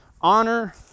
honor